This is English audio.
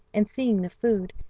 and seeing the food,